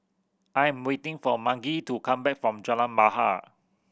I am waiting for Margy to come back from Jalan Bahar